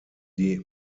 die